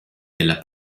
della